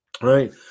right